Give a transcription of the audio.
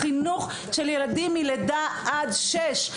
החינוך של ילדים מלידה עד שש.